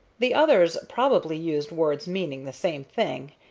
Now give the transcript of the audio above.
the others probably used words meaning the same thing.